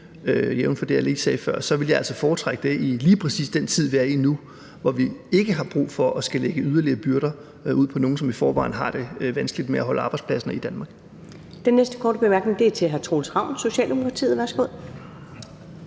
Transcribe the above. jævnfør det, jeg lige sagde før – så vil altså jeg foretrække det i lige præcis den tid, vi er i nu, hvor vi ikke har brug for at skulle lægge yderligere byrder på nogle, som i forvejen har vanskeligt ved at holde arbejdspladserne i Danmark. Kl. 21:00 Første næstformand (Karen Ellemann): Den næste korte bemærkning er fra hr. Troels Ravn, Socialdemokratiet. Værsgo.